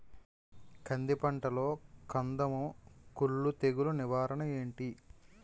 కంది పంటలో కందము కుల్లు తెగులు నివారణ ఏంటి?